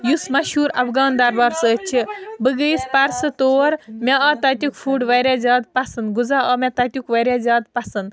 یُس مشہوٗر افغان دربار سۭتۍ چھُ بہٕ گٔیٚیَس پرسہٕ تور مےٚ آو تتیٛک فوٗڈ واریاہ زیادٕ پَسنٛد غذا آو مےٚ تَتیٛک واریاہ زیادٕ پَسنٛد